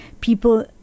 people